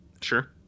Sure